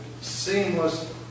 seamless